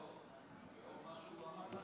לאור מה שהוא אמר.